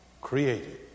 created